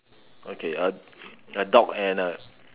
okay a a dog and a